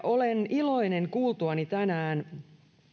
olen iloinen kuultuani tänään